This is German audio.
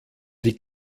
die